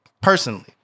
personally